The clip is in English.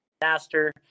disaster